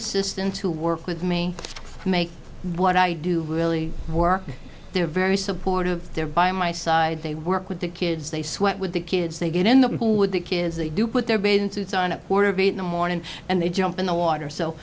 assistants who work with me make what i do really work they're very supportive they're by my side they work with the kids they sweat with the kids they get in the pool with the kids they do put their bathing suits on a more of it in the morning and they jump in the water so